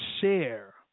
share